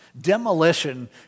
Demolition